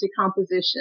composition